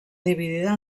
dividida